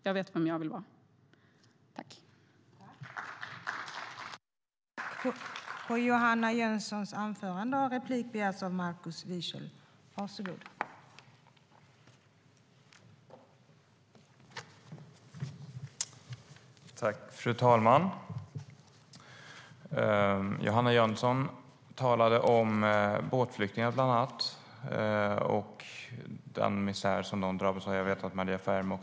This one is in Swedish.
Jag vet vem jag vill vara.